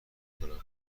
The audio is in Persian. کنم